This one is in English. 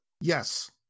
yes